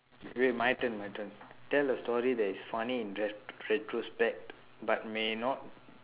wait my turn my turn tell a story that is funny in ret~ retrospect but may not